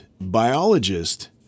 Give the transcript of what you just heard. biologist